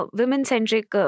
women-centric